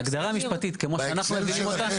ההגדרה המשפטית כמו שאנחנו מבינים אותה,